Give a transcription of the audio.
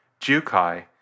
jukai